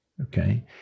okay